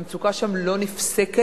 המצוקה שם לא נפסקת,